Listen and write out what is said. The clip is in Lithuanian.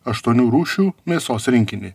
aštuonių rūšių mėsos rinkinį